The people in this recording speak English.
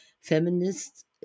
feminist